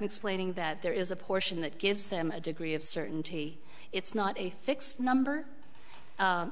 explaining that there is a portion that gives them a degree of certainty it's not a fixed number